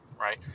right